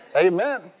Amen